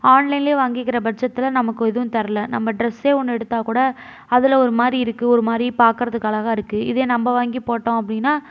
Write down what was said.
ஆன்லைன்லேயே வாங்கிக்கிற பட்சத்தில் நமக்கு எதுவும் தெரில நம்ம ட்ரெஸ்ஸே ஒன்று எடுத்தால் கூட அதில் ஒரு மாதிரி இருக்குது ஒரு மாதிரி பார்க்கறதுக்கு அழகாக இருக்குது இதே நம்ம வாங்கி போட்டோம் அப்படின்னா